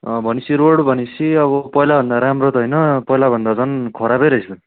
भने पछि रोड भने पछि अब पहिला भन्दा राम्रो त होइन पहिला भन्दा झन् खराबै रहेछ